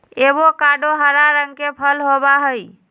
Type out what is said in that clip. avocado हरा रंग के फल होबा हई